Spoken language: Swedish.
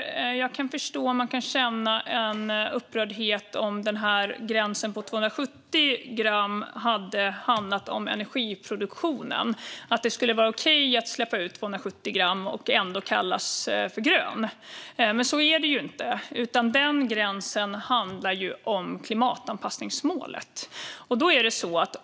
Jag hade kunnat förstå att det hade gått att känna upprördhet om gränsen på 270 gram hade handlat om energiproduktionen - om man skulle kunna släppa ut 270 gram och ändå kallas grön. Men så är det ju inte, utan den gränsen handlar om klimatanpassningsmålet.